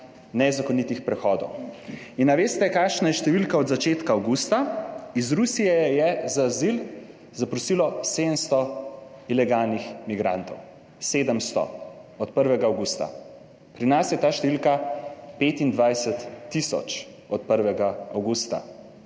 nezakonitih prehodov. In a veste, kakšna je številka od začetka avgusta? Iz Rusije, je za azil zaprosilo 700 ilegalnih migrantov, 700 od 1. avgusta. Pri nas je ta številka 25 tisoč od 1. avgusta.